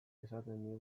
esaten